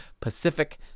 Pacific